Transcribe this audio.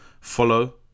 follow